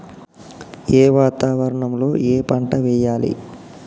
ఏ వాతావరణం లో ఏ పంట వెయ్యాలి?